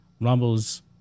Rumble's